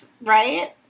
right